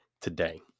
today